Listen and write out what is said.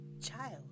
child